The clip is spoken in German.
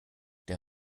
der